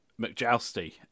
mcjousty